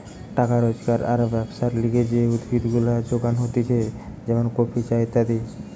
টাকা রোজগার আর ব্যবসার লিগে যে উদ্ভিদ গুলা যোগান হতিছে যেমন কফি, চা ইত্যাদি